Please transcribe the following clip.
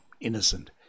innocent